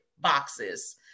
boxes